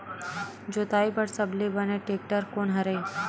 जोताई बर सबले बने टेक्टर कोन हरे?